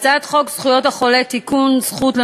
הצעת חוק זכויות החולה (תיקון מס' 8)